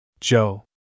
Joe